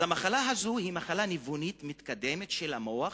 המחלה הזאת היא מחלה ניוונית מתקדמת של המוח,